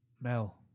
Mel